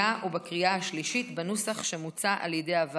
ובקריאה השלישית בנוסח שמוצע על ידי הוועדה.